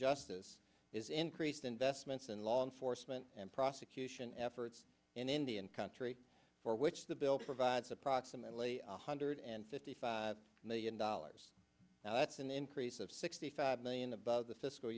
justice is increased investments in law enforcement and prosecution efforts in indian country for which the bill provides approximately one hundred and fifty five million dollars that's an increase of sixty five million above the fiscal